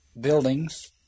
buildings